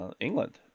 England